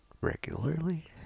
regularly